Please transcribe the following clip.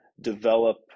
develop